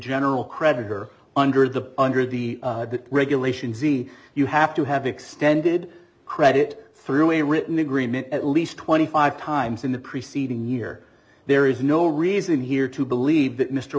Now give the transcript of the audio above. general creditor under the under the regulations e you have to have extended credit through a written agreement at least twenty five times in the preceding year there is no reason here to believe that mr